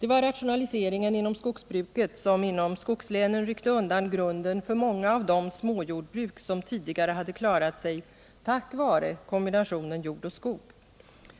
Det var rationaliseringen inom skogsbruket som inom skogslänen ryckte undan grunden för många av de småjordbruk som tidigare hade klarat sig tack vare kombinationen jord och skog.